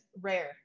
rare